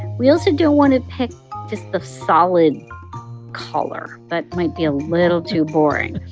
we also don't want to pick just the solid color. that might be a little too boring.